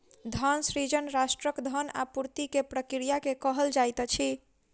धन सृजन राष्ट्रक धन आपूर्ति के प्रक्रिया के कहल जाइत अछि